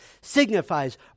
signifies